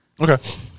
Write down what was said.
Okay